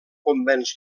convenç